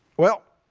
well,